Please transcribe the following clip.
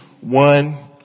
one